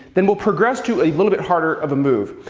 then we'll progress to a little bit harder of a move.